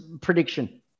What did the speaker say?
prediction